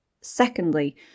secondly